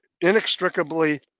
inextricably